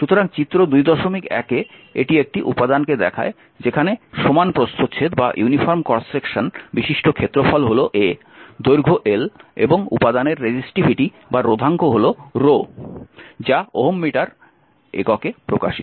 সুতরাং চিত্র 21 তে এটি একটি উপাদানকে দেখায় যেখানে সমান প্রস্থছেদ বিশিষ্ট ক্ষেত্রফল হল A দৈর্ঘ্য l এবং উপাদানের রোধাঙ্ক হল রো যা ওহম মিটার এককে প্রকাশিত